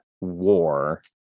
war